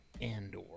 Andor